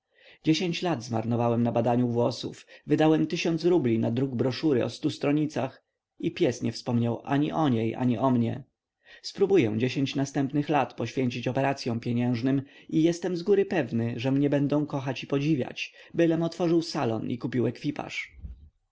dziesięć lat zmarnowałem na badaniu włosów wydałem tysiąc rubli na druk broszury o stu stronnicach i pies nie wspomniał ani o niej ani o mnie spróbuję dziesięć następnych lat poświęcić operacyom pieniężnym i jestem zgóry pewny że mnie będą kochać i podziwiać bylem otworzył salon i kupił ekwipaż